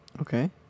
Okay